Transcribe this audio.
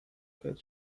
cut